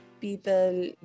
people